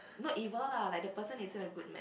not evil lah like the person isn't a good match